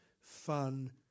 fun